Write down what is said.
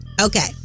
Okay